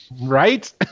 Right